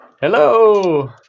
Hello